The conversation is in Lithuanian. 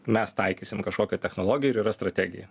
mes taikysim kažkokią technologiją ir yra strategija